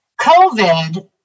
COVID